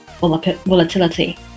volatility